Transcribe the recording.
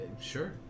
sure